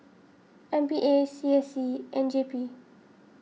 M P A C S C and J P